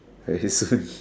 bear his sons